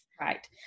Right